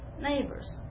neighbors